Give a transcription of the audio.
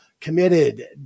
committed